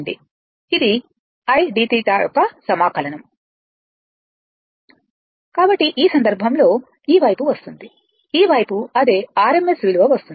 ఇది I dθ యొక్క సమాకలనం కాబట్టి ఈ సందర్భంలో ఈ వైపు వస్తుంది ఈ వైపు అదే RMS విలువ వస్తుంది